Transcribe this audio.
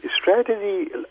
strategy